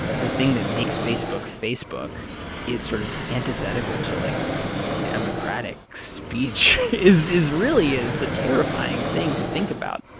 the thing that makes facebook facebook is sort of antithetical to like democratic speech is is really it's a terrifying thing to think about